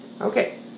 Okay